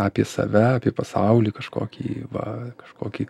apie save apie pasaulį kažkokį va kažkokį